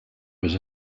was